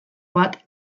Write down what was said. bat